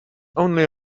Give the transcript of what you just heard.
only